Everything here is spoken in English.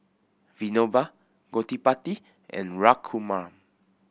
Vinoba Gottipati and Raghuram